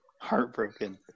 heartbroken